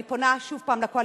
אני פונה שוב הפעם לקואליציה.